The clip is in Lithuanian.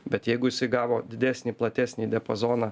bet jeigu jis įgavo didesnį platesnį diapazoną